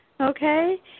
Okay